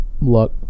Luck